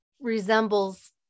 resembles